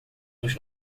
dos